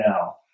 now